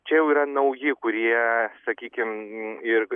čia jau yra nauji kurie sakykim ir